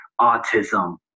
autism